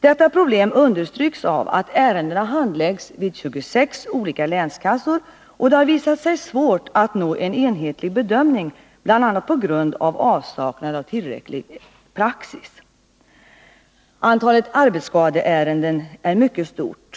Detta problem understryks av att ärendena handläggs vid 26 olika länskassor, och det har visat sig svårt att nå en enhetlig bedömning, bl.a. på grund av Nr 25 avsaknad av tillräcklig praxis. Antalet arbetsskadeärenden är mycket stort.